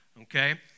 Okay